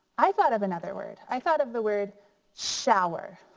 i thought of another word. i thought of the word shower.